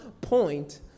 point